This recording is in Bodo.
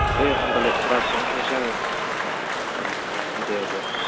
दे होमब्लालाय बासजोंनो थांसै आङो दे दे औ